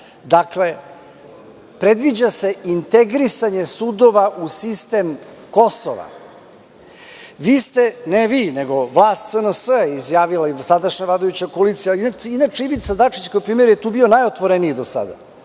itd. Dakle, predviđa se integrisanje sudova u sistem Kosova. Vi ste, ne vi nego vlast SNS je izjavila i do sadašnja koalicija, a inače je Ivica Dačić kao premijer bio najotvoreniji do sada